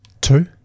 two